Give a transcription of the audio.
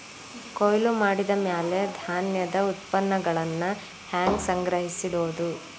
ಕೊಯ್ಲು ಮಾಡಿದ ಮ್ಯಾಲೆ ಧಾನ್ಯದ ಉತ್ಪನ್ನಗಳನ್ನ ಹ್ಯಾಂಗ್ ಸಂಗ್ರಹಿಸಿಡೋದು?